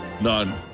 None